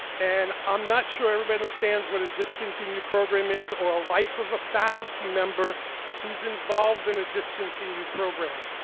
and, i'm not sure everybody understands what a discontinued program is, or a life of a faculty member who's involved in a discontinued program.